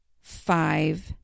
five